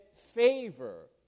favor